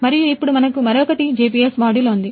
మరియు ఇప్పుడు మనకు మరొకటి GPS మాడ్యూల్ ఉంది